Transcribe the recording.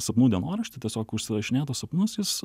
sapnų dienoraštį tiesiog užsirašinėtų sapnus jis